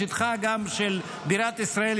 בשטחה של בירת ישראל,